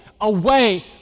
away